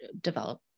develop